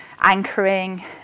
anchoring